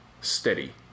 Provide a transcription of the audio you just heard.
steady